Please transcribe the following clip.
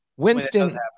Winston